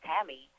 Tammy